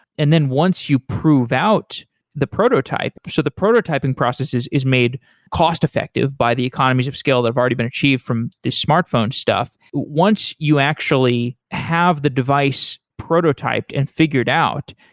and then once you prove out the prototypes so the prototyping processes is made cost-effective by the economies of scale that have already been achieved from the smartphone stuff. once you actually have the device prototyped and figured out,